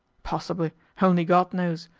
possibly only god knows.